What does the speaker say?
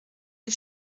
les